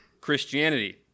Christianity